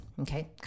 Okay